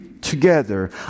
together